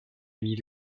mis